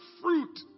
fruit